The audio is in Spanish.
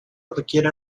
requiere